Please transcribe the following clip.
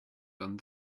done